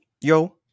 Yo